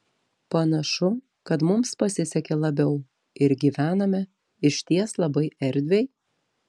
panašu kad mums pasisekė labiau ir gyvename išties labai erdviai